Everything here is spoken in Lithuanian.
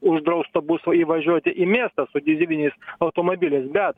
uždrausta bus įvažiuoti į miestą su dyzeliniais automobiliais bet